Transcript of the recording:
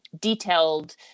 detailed